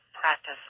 practice